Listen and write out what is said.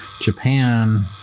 japan